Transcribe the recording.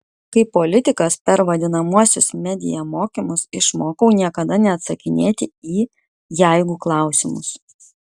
kaip politikas per vadinamuosius media mokymus išmokau niekada neatsakinėti į jeigu klausimus